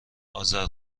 اذر